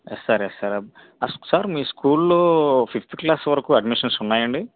yes sir yes sir sir మీ school లో fifth class వరకు అడ్మిషన్స్ ఉన్నాయండి